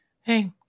Hey